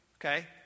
Okay